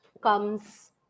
comes